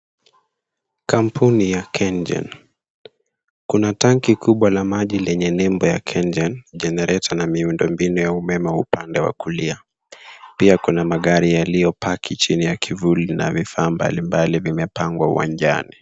Kampuni ya Kengen. Kuna tanki kubwa la maji lenye nembo ya Kengen, generator na miundombinu ya umeme upande wa kulia. Pia kuna magari yaliyopaki chini ya kivuli na vifaa mbalimbali vimepangwa uwanjani .